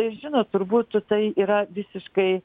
žinot turbūt tai yra visiškai